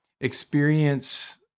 experience